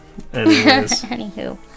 Anywho